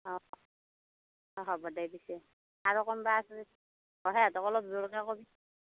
অঁ অঁ হ'ব দে পিছে আৰু কোনোবা আছে যদি অঁ সেহাঁতক অলপ জোৰকৈ কবি